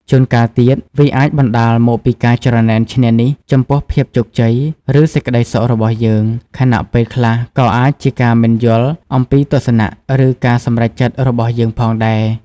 ជួនកាលទៀត វាអាចបណ្តាលមកពីការច្រណែនឈ្នានីសចំពោះភាពជោគជ័យ ឬសេចក្តីសុខរបស់យើង ខណៈពេលខ្លះក៏អាចជាការមិនយល់អំពីទស្សនៈ ឬការសម្រេចចិត្តរបស់យើងផងដែរ។